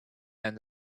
and